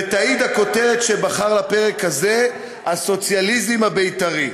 ותעיד הכותרת שבחר לפרק הזה: הסוציאליזם הבית"רי.